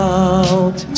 out